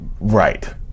Right